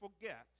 forget